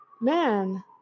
man